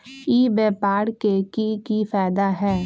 ई व्यापार के की की फायदा है?